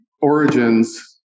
origins